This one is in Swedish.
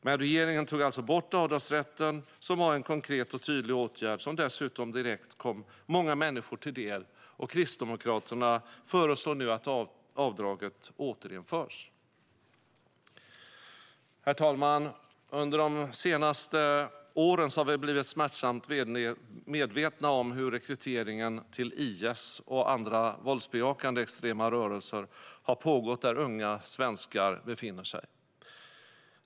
Men regeringen tog alltså bort avdragsrätten, som var en konkret och tydlig åtgärd som dessutom direkt kom många människor till del. Kristdemokraterna föreslår nu att avdraget återinförs. Herr talman! Under de senaste åren har vi blivit smärtsamt medvetna om hur rekryteringen till IS och andra våldsbejakande extrema rörelser har pågått där unga svenskar befinner sig.